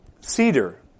cedar